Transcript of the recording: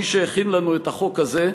מי שהכין לנו את החוק הזה,